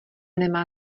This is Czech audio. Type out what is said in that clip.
nemá